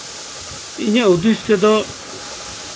ᱤᱧᱟᱹᱜ ᱦᱩᱫᱤᱥ ᱛᱮᱫᱚ